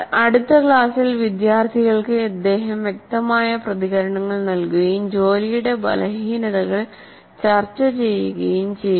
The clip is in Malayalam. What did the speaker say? അടുത്ത ക്ലാസിൽ വിദ്യാർത്ഥികൾക്ക് അദ്ദേഹം വ്യക്തമായ പ്രതികരണങ്ങൾ നൽകുകയും ജോലിയുടെ ബലഹീനതകൾ ചർച്ച ചെയ്യുകയും ചെയ്യുന്നു